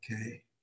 Okay